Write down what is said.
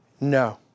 No